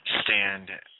stand